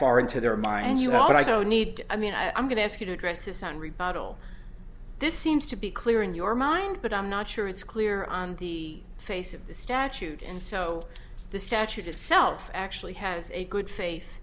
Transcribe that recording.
far into their mind you are but i don't need i mean i'm going to ask you to address this on rebuttal this seems to be clear in your mind but i'm not sure it's clear on the face of the statute and so the statute itself actually has a good faith